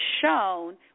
shown